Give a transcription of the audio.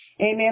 Amen